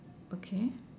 okay